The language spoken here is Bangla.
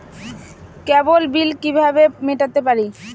কেবল বিল কিভাবে মেটাতে পারি?